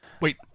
Wait